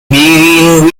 begin